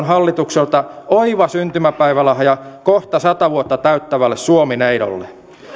hallitukselta oiva syntymäpäivälahja kohta sata vuotta täyttävälle suomi neidolle